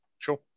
Sure